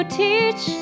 teach